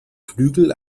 flügel